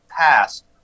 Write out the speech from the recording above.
passed